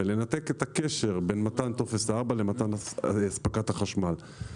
ולנתק את הקשר בין מתן טופס 4 לאספקת החשמל.